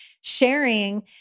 sharing